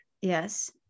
yes